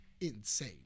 insane